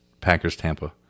Packers-Tampa